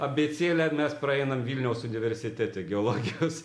abėcėlę mes praeinam vilniaus universitete geologijos